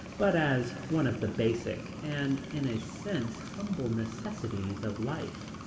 but as one of the basic, and in a sense humble necessities of life.